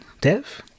Dev